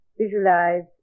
visualize